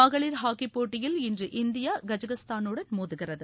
மகளிர் ஹாக்கிப் போட்டியில் இன்று இந்தியா கஜகஸ்தானுடன் மோதுகிறது